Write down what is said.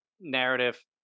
narrative